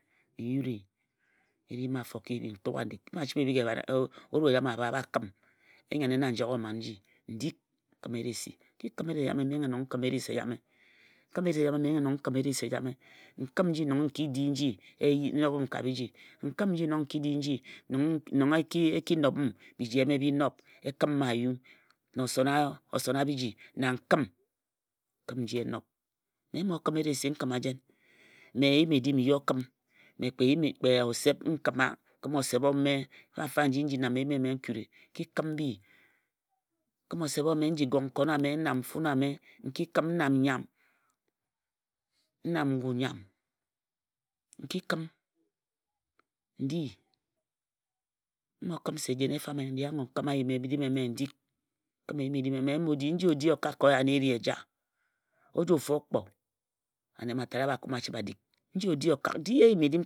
N yuri e ri m afo ka ebhi n tughe n dik mfin a chibhe abhik oru ejame a hae a bha kim enyane na n jeghe o man nji. N dik, Nkima eresi n kim eresi ejame m menghe nong n kima eresi ejame, n kim nji nong n ki di nji e nobhim ka biji. N kim nji nong e ki nobhim Eiji eme bi nob e kǝm ayung na osong biji na nkim N kim, n kim nji e nob. Mme mo kim eresi n kima jen? mme eyim-edim n yi o kim, mme kpe osep n kima. N kim osep ome fanfa nji n ji nam eyim eme n kuri. N ki kim mbi n kim osep ome n ji gok nkon ame n nam nfune ame n ki kim n nam nnyam ame n nam ngu-nnyam n ki kim n di n mo kim se jen efame n ago n kima eyim-edim n dik n kim eyimedim eme nji o di o kak ka oya na e ri eja-o. Ojofu ookpo ane mma tat a bha kume a chibhe a dik.